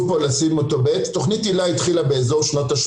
שבתקופת הקורונה בסגר המלא וגם עכשיו לקראת פתיחת שנת הלימודים,